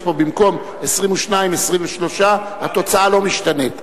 במקום 22 יש פה 23. התוצאה לא משתנה.